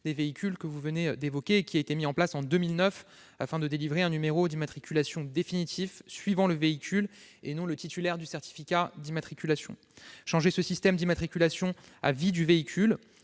des véhicules, le SIV, qui a été mis en place en 2009 afin de délivrer un numéro d'immatriculation définitif suivant le véhicule, et non le titulaire du certificat d'immatriculation. Changer ce système d'immatriculation à vie du véhicule,